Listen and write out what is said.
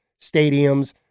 stadiums